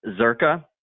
Zerka